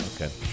Okay